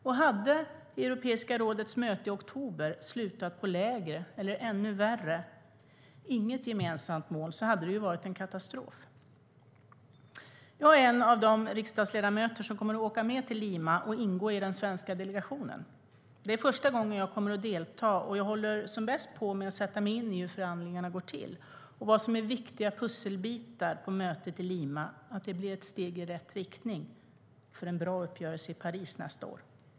Om Europeiska rådets möte i oktober hade slutat på en lägre nivå eller, vilket hade varit ännu värre, inte kommit fram till ett gemensamt mål hade det varit en katastrof. Jag är en av de riksdagsledamöter som kommer att åka till Lima och ingå i den svenska delegationen. Det är första gången jag ska delta. Jag håller som bäst på att sätta mig in i hur förhandlingarna går till och vad som är viktiga pusselbitar på mötet i Lima, så att mötet blir ett steg i rätt riktning för att nå en bra uppgörelse i Paris nästa år.